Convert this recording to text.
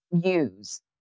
use